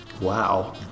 Wow